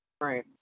right